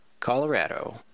Colorado